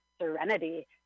serenity